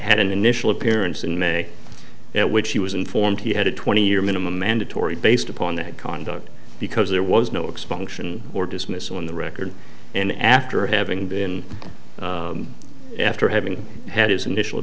had an initial appearance in may at which he was informed he had a twenty year minimum mandatory based upon that conduct because there was no expulsion or dismissal in the record and after having been after having had his initial